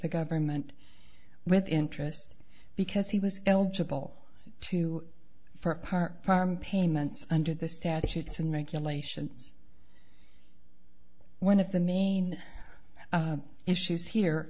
the government with interest because he was eligible to for a part payments under the statutes and regulations one of the main issues here